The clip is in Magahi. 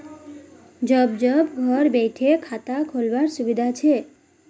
जब जब घर बैठे खाता खोल वार सुविधा छे